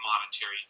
monetary